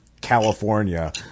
California